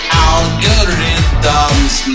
algorithms